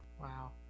Wow